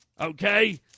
okay